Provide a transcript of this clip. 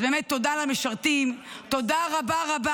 אז באמת תודה למשרתים -- אנחנו נשמח שתמשיכי לדבר.